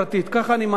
ככה אני מעריך אותך,